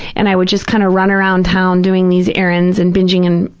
and i would just kind of run around town doing these errands and binging and,